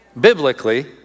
Biblically